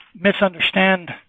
misunderstand